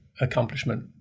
accomplishment